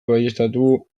baieztatu